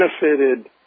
benefited